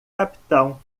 capitão